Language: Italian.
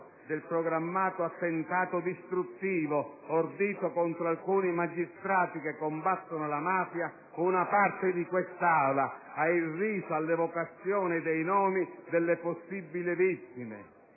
del programmato attentato distruttivo ordito contro alcuni magistrati che combattono la mafia, una parte di quest'Assemblea ha irriso all'evocazione dei nomi delle possibili vittime.